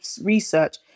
research